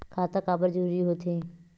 खाता काबर जरूरी हो थे?